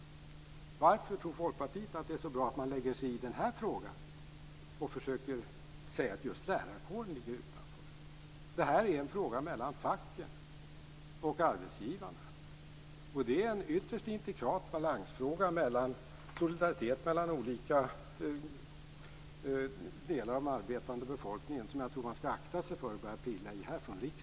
Varför tror Folkpartiet att det är så bra att man lägger sig i den här frågan och försöker säga att just lärarkåren ligger utanför? Det här är en fråga mellan facken och arbetsgivarna. Det är en ytterst intrikat balansfråga om solidaritet mellan olika delar av den arbetande befolkningen som jag tror att man skall akta sig för att börja pilla i från riksdagen.